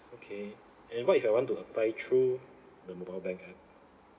okay and what if I want to apply through the mobile bank app